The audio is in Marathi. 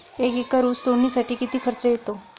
एक एकर ऊस तोडणीसाठी किती खर्च येतो?